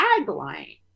tagline